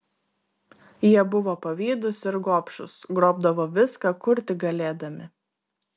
jie buvo pavydūs ir gobšūs grobdavo viską kur tik galėdami